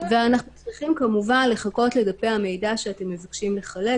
--- אנחנו צריכים כמובן לחכות לדפי המידע שאתם מבקשים לחלק,